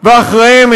ואחריהם,